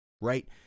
right